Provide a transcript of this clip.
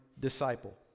disciple